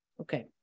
Okay